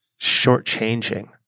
shortchanging